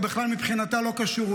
הוא בכלל מבחינתה לא קשור,